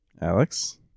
Alex